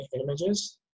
images